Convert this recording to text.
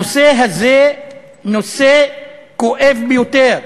הנושא הזה כואב ביותר.